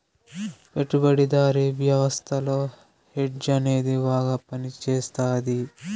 పెట్టుబడిదారీ వ్యవస్థలో హెడ్జ్ అనేది బాగా పనిచేస్తది